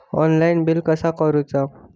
Online bill कसा करुचा?